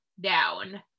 down